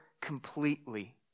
completely